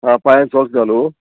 आं पांय सॉक्स घालू